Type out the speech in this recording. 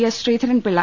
S Sreedharan Pillai